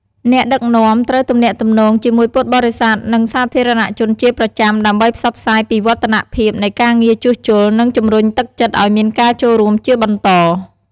អ្នកដឹកនាំត្រូវទំនាក់ទំនងជាមួយពុទ្ធបរិស័ទ និងសាធារណជនជាប្រចាំ ដើម្បីផ្សព្វផ្សាយពីវឌ្ឍនភាពនៃការងារជួសជុល និងជំរុញទឹកចិត្តឱ្យមានការចូលរួមជាបន្ត។